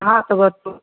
हाथ गोर टू